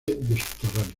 subterráneos